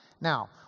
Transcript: Now